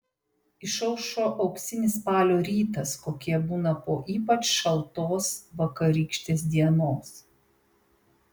išaušo auksinis spalio rytas kokie būna po ypač šaltos vakarykštės dienos